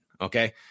Okay